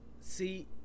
see